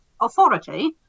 authority